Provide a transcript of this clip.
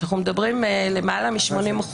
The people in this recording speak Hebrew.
שאנחנו מדברים על למעלה מ-80%,